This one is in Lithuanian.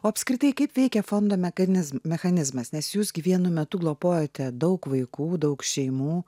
o apskritai kaip veikia fondo mekanizm mechanizmas nes jūs gi vienu metu globojote daug vaikų daug šeimų